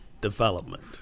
development